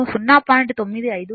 95 వెనుకబడాలి